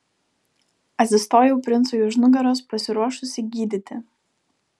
atsistojau princui už nugaros pasiruošusi gydyti